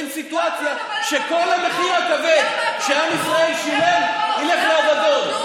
סיטואציה שכל המחיר הכבד שעם ישראל שילם ירד לאבדון.